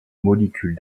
molécules